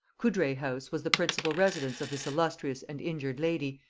coudray-house was the principal residence of this illustrious and injured lady,